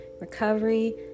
recovery